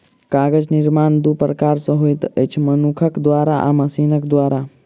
कागज निर्माण दू प्रकार सॅ होइत अछि, मनुखक द्वारा आ मशीनक द्वारा